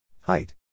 Height